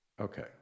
Okay